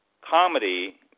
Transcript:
comedy